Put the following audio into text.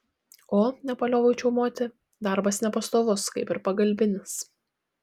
o nepalioviau čiaumoti darbas nepastovus kaip ir pagalbinis